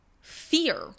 fear